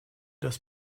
das